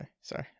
Sorry